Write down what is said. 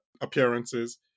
appearances